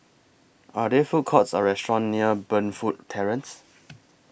Are There Food Courts Or restaurants near Burnfoot Terrace